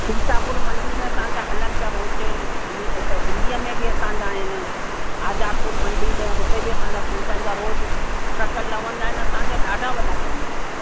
सीतापुर मंडी में असांजा हलनि पिया होलसेल अमी चाहे दिल्लीअ में बि असांजा आहिनि आजादपुर मंडी में हुते बि असांजा फ्रूटनि जा रोज़ु ट्रक लहंदा आहिनि असांजा ॾाढा वॾा कम आहिनि